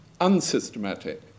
unsystematic